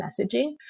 messaging